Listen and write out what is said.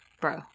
bro